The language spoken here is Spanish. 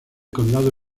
condado